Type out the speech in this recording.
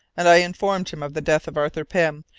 and i informed him of the death of arthur pym,